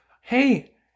Hey